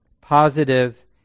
positive